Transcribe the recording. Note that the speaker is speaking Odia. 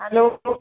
ହେଲୋ